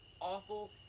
awful